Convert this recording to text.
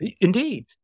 Indeed